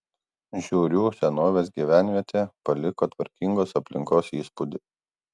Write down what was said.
žiūrių senovės gyvenvietė paliko tvarkingos aplinkos įspūdį